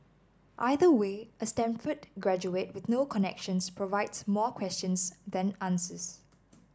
either way a Stanford graduate with no connections provides more questions than answers